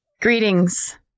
Greetings